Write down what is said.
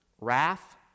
wrath